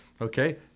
Okay